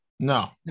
no